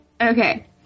Okay